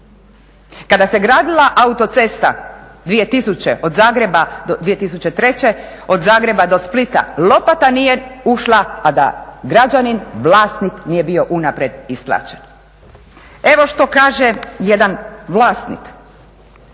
Kada se gradila autocesta 2003. od Zagreba do Splita lopata nije ušla a da građanin vlasnik nije bio unaprijed isplaćen. Evo što kaže jedan vlasnik,